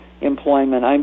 employment